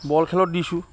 বল খেলত দিছোঁ